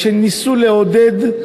לא מעודד,